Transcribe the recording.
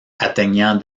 atteignant